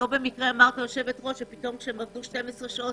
לא במקרה אמרה היושבת-ראש שכשהם עבדו 12 שעות